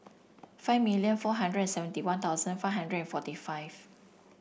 five million four hundred and seventy One Thousand five hundred and forty five